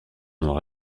noir